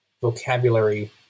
vocabulary